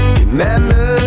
remember